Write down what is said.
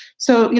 so, you